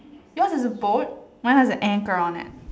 yours is a boat mine has an anchor on it